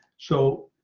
so